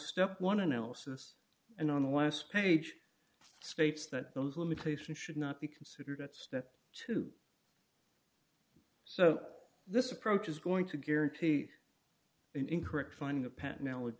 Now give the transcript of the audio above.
step one analysis and on the last page states that those limitations should not be considered at step two so this approach is going to guarantee an incorrect finding the path now w